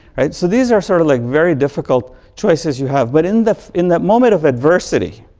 right? so, these are sort of like very difficult choices you have. but in the in that moment of adversity,